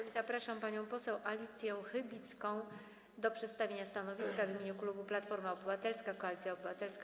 I zapraszam panią poseł Alicję Chybicką do przedstawienia stanowiska w imieniu klubu Platforma Obywatelska - Koalicja Obywatelska.